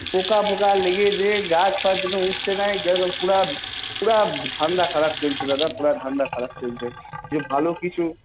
পোকা মোকা লেগে গিয়ে গাছ ফাছ একদম উঠছে নাই যেরকম পুরো পুরো ধান্দা খারাপ চলছে দাদা পুরো ধান্দা খারাপ চলছে তাই ভালো কিছু